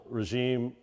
regime